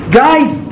guys